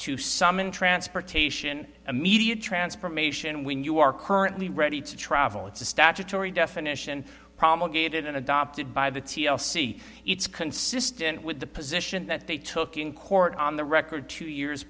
summon transportation immediate transformation when you are currently ready to travel it's a statutory definition promulgated in adopted by the t l c it's consistent with the position that they took in court on the record two years